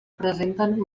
presenten